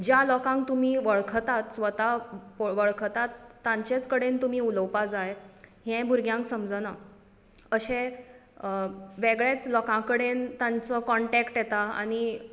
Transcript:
ज्या लोकांक तुमी वळखतात स्वता वळखतात तांचेच कडेन तुमीं उलोवपाक जाय हें भुरग्यांक समजना अशें वेगळेच लोकां कडेन तांचो कोंटेक्ट येता आनी